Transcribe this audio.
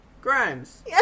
Grimes